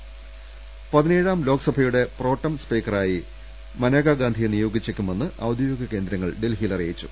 രദ്ദേഷ്ടങ പതിനേഴാം ലോക്സഭയുടെ പ്രോടെം സ്പീക്കറായി മനേക ഗാന്ധിയെ നിയോഗിച്ചേക്കുമെന്ന് ഔദ്യോഗിക കേന്ദ്രങ്ങൾ ഡൽഹിയിൽ അറിയിച്ചു